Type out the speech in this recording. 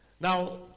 Now